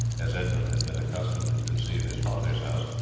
as edmund had been accustomed to see in his father's house,